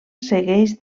segueix